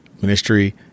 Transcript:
Ministry